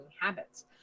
habits